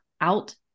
out